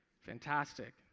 Fantastic